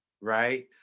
Right